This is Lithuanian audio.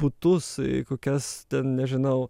butus kokias ten nežinau